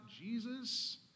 Jesus